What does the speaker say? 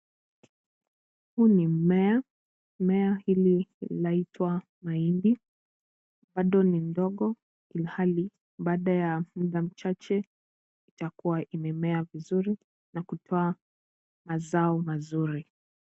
Huu ni mmea. Mmea hili linaitwa mahindi. Bado ni ndogo ilhali baada ya muda mchache itakuwa imemea vizuri na kutoa mazao mazuri.